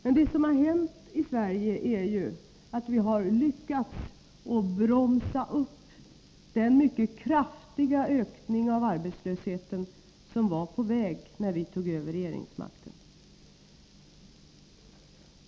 Men det som har hänt i Sverige är ju att vi har lyckats bromsa upp den mycket kraftiga ökning av arbetslösheten som pågick när vi övertog regeringsmakten.